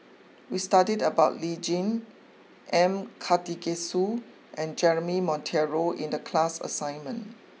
we studied about Lee Tjin M Karthigesu and Jeremy Monteiro in the class assignment